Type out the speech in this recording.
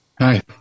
Hi